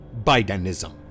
Bidenism